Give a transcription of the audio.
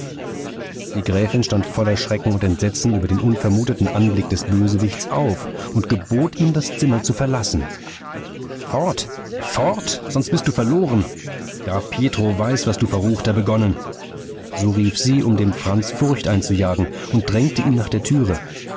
die gräfin stand voller schreck und entsetzen über den unvermuteten anblick des bösewichts auf und gebot ihm das zimmer zu verlassen fort fort sonst bist du verloren graf pietro weiß was du verruchter begonnen so rief sie um dem franz furcht einzujagen und drängte ihn nach der türe